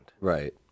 Right